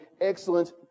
excellent